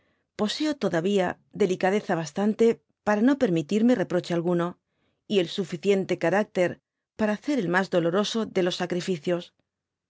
poseo todavía delicadeza bastante para no permitirme reproche alguno y el suficiente carácter para hacer el mas doloroso de los sacrificios